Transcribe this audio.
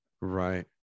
right